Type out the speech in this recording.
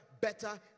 better